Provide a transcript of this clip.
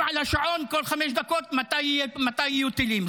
על השעון כל חמש דקות מתי יהיו טילים.